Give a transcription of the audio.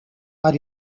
are